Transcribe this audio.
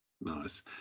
nice